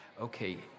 okay